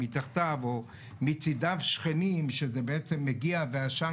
מתחתיו או מצדיו שכנים שזה מגיע אליהם,